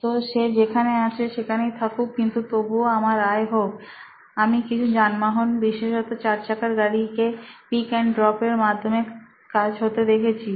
তো সে যেখানে আছে সেখানেই থাকুক কিন্তু তবুও আমার আয় হোক আমি কিছু যানবাহন বিশেষত চার চাকার গাড়িতে পিক এন্ড ড্রপ এর মাধ্যমে কাজ হতে দেখেছি